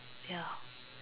ya